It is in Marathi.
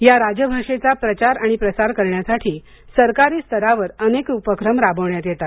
या राजभाषेचा प्रचार आणि प्रसार करण्यासाठी सरकारी स्तरावर अनेक उपक्रम राबवण्यात येतात